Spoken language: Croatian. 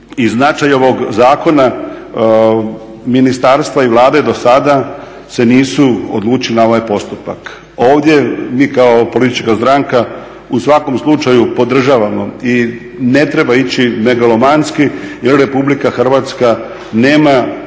i značaja ovog zakona, ministarstva i Vlade do sada se nisu odlučili na ovaj postupak. Ovdje, mi kao politička stranka u svakom slučaju podržavamo i ne treba ići megalomanski jer RH nema